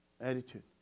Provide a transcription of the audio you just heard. attitude